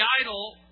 idol